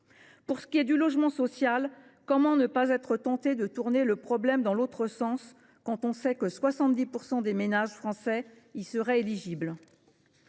Pour ce qui est du logement social, comment ne pas être tenté de prendre le problème dans l’autre sens, quand on sait que 70 % des ménages français y seraient éligibles ?